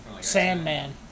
Sandman